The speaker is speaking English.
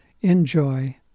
Enjoy